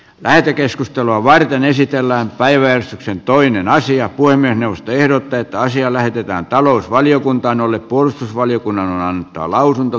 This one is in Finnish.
lähetekeskustelua varten esitellään päiväys on toinen asia puhemiesneuvosto ehdottaa että asia lähetetään talousvaliokuntaan jolle puolustusvaliokunnan on annettava lausunto